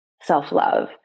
self-love